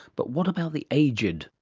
but what about the aged?